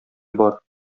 бар